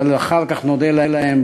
אבל אחר כך נודה להן.